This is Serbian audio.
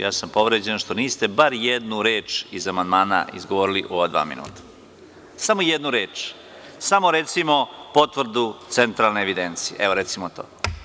Ja sam povređen što niste bar jednu reč iz amandmana izgovorili u ova dva minuta, samo jednu reč, samo recimo, potvrdu centralne evidencije, evo recimo to.